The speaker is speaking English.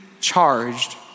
charged